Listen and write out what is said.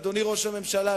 אדוני ראש הממשלה,